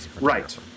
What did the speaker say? Right